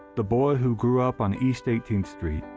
the boy who grew up on east eighteenth street,